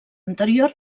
anterior